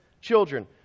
children